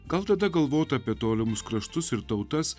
gal tada galvoti apie tolimus kraštus ir tautas